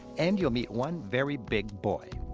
and you'll meet one very big boy.